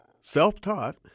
self-taught